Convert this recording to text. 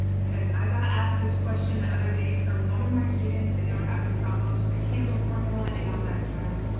cause i got asked this question the other day from one of my students, and they were having problems with a candle formula and all that jazz.